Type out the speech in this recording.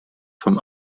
vom